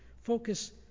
Focus